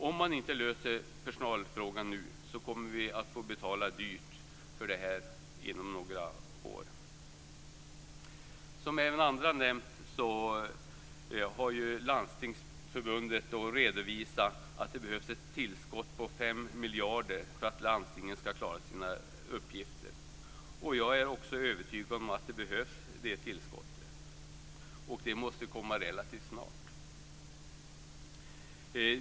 Om man inte löser personalfrågan nu, kommer vi att få betala dyrt för detta inom några år. Som även andra har nämnt har Landstingsförbundet redovisat att det behövs ett tillskott på 5 miljarder för att landstingen skall klara sina uppgifter. Jag är också övertygad om att det tillskottet behövs, och det måste komma relativt snart.